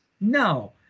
No